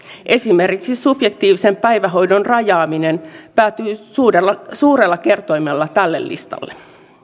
esimerkiksi subjektiivisen päivähoidon rajaaminen päätyy suurella suurella kertoimella tälle listalle